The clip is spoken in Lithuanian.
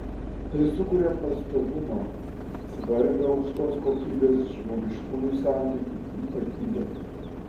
tai sukuria pastovumą svarbią aukštos kokybės žmogiškųjų santykių ypatybę